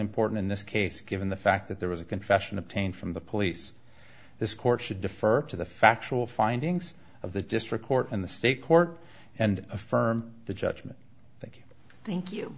important in this case given the fact that there was a confession obtained from the police this court should defer to the factual findings of the district court in the state court and affirm the judgment thank you